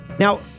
Now